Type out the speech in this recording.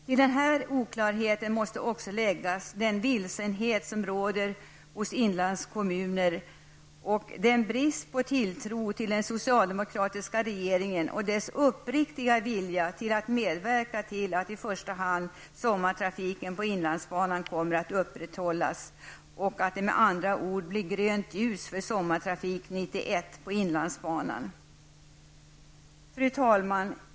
Till denna oklarhet måste också läggas den vilsenhet som råder i inlandskommunerna samt den brist på tilltro till den socialdemokratiska regeringen och dess uppriktiga vilja att medverka till att i första hand sommartrafiken på inlandsbanan kommer att upprätthållas, att det med andra ord blir grönt ljus för Sommartrafik 91 Fru talman!